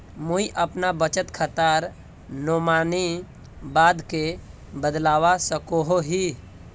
मुई अपना बचत खातार नोमानी बाद के बदलवा सकोहो ही?